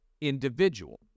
individual